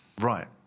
Right